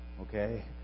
Okay